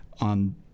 on